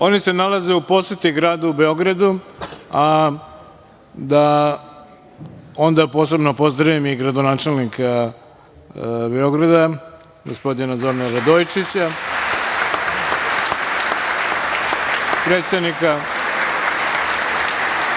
se nalaze u poseti gradu Beogradu. Posebno bih pozdravio i gradonačelnika Beograda, gospodina Zorana Radojičića, predsednika